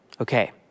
Okay